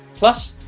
plus,